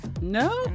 No